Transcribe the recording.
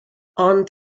ond